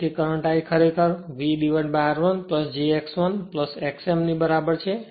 તેથી current I ખરેખર v r1 j x1 x m ની બરાબર છે